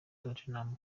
tottenham